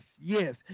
yes